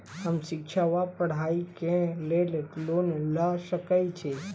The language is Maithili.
हम शिक्षा वा पढ़ाई केँ लेल लोन लऽ सकै छी?